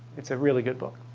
it's a really good book.